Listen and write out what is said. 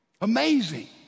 Amazing